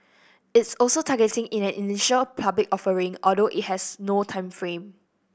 it's also targeting in an initial public offering although it has no time frame